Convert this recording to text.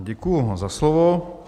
Děkuji za slovo.